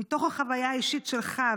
מתוך החוויה האישית שלך,